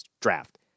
draft